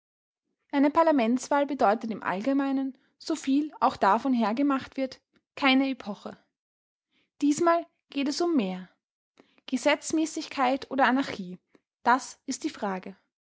eine parlamentswahl bedeutet im allgemeinen so viel auch davon hergemacht wird keine epoche diesmal geht es um mehr gesetzmäßigkeit oder anarchie das ist die frage